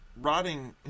Rotting